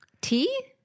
Tea